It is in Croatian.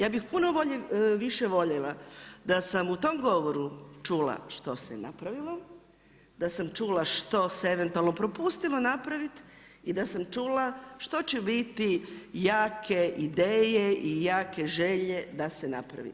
Ja bih puno više voljela da sam u tom govoru čula što se napravilo, da sam čula što se eventualno propustilo napraviti i da sam čula što će biti jake ideje i jake želje da se napravi.